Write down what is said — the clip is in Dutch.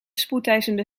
spoedeisende